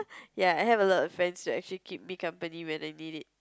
ya I have a lot of friends who actually keep me company when I need it